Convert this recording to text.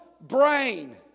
brain